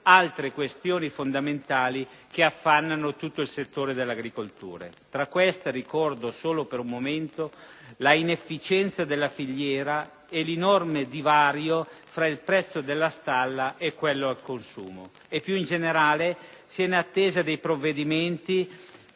altre questioni fondamentali che affannano tutto il settore agricolo. Tra queste ricordo solo per un momento la inefficienza della filiera e l'enorme divario fra il prezzo alla stalla e quello al consumo. Più in generale, si è in attesa di provvedimenti